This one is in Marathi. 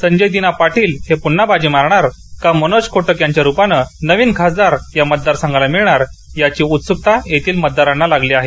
संजय दिना पाटील हे पुन्हा बाजी मारणार का मनोज कोटक यांच्या रूपाने नवीन खासदार या मतदारसंघाला मिळणार याची उत्सुकता येथील मतदारांना लागली आहे